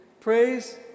praise